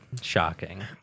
shocking